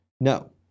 No